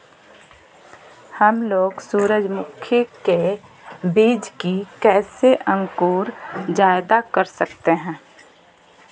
हमलोग सूरजमुखी के बिज की कैसे अंकुर जायदा कर सकते हैं?